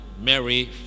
Mary